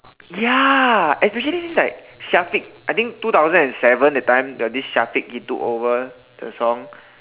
ya especially like Taufik I think two thousand and seven that time got this Taufik he took over the song